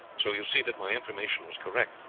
so you see that my information was correct.